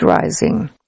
rising